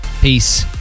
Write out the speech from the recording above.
Peace